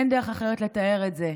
אין דרך אחרת לתאר את זה.